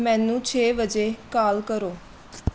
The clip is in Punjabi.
ਮੈਨੂੰ ਛੇ ਵਜੇ ਕਾਲ ਕਰੋ